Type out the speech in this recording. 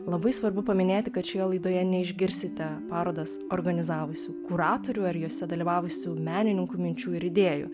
labai svarbu paminėti kad šioje laidoje neišgirsite parodas organizavusių kuratorių ar juose dalyvavusių menininkų minčių ir idėjų